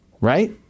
right